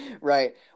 right